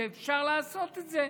שאפשר לעשות את זה,